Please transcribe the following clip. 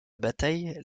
bataille